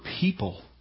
people